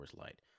Light